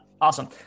Awesome